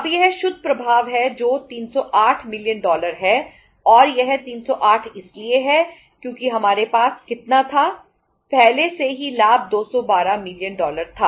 अब यह शुद्ध प्रभाव है जो 308 मिलियन डॉलर है